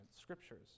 Scriptures